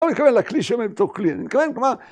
‫אבל כבר לקליש המטורקלינים, ‫כבר כמה...